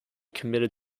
committed